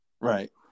Right